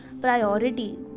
priority